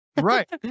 right